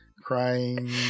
Crying